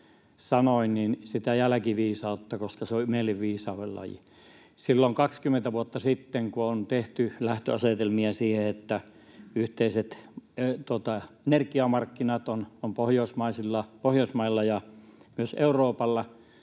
sanoin sitä jälkiviisautta, koska se on ”imelin viisauven laji”. Silloin 20 vuotta sitten, kun on tehty lähtöasetelmia siihen, että Pohjoismailla ja myös Euroopalla